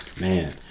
Man